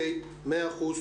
מאה אחוז.